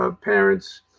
parents